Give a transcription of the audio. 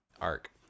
arc